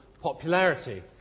popularity